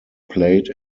played